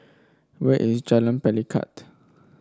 where is Jalan Pelikat